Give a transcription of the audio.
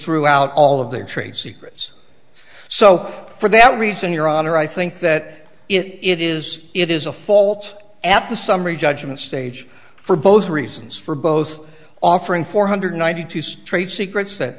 throughout all of their trade secrets so for that reason your honor i think that it is it is a fault at the summary judgment stage for both reasons for both offering four hundred ninety two straight secrets that